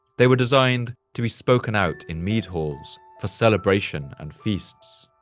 they were designed to be spoken out in mead halls for celebration and feasts.